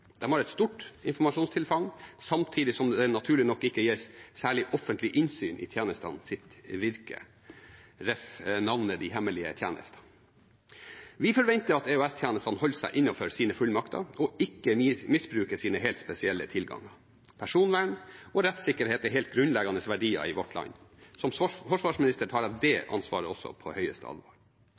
har et stort informasjonstilfang, samtidig som det naturlig nok ikke gis særlig offentlig innsyn i tjenestenes virke, derav navnet «de hemmelige tjenester». Vi forventer at EOS-tjenestene holder seg innenfor sine fullmakter og ikke misbruker sine helt spesielle tilganger. Personvern og rettssikkerhet er helt grunnleggende verdier i vårt land. Som forsvarsminister tar jeg også det ansvaret på det største alvor.